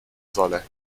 solle